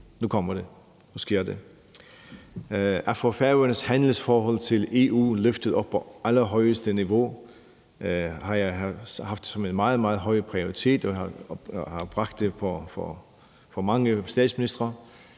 nu sker det. At få Færøernes handelsforhold til EU løftet op på allerhøjeste niveau har jeg haft som en meget, meget høj prioritet, og jeg har bragt det op for mange statsministre,